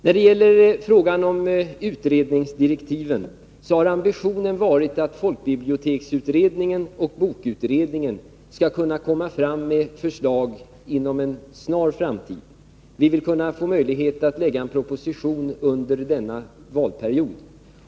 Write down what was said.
När det gäller frågan om utredningsdirektiven, har ambitionen varit att folkbiblioteksutredningen och bokutredningen skall kunna komma med förslag inom en snar framtid. Vi vill få möjlighet att lägga fram en proposition under denna valperiod.